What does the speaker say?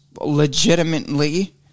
legitimately